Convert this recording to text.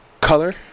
color